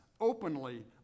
openly